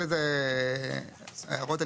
ההערות הן,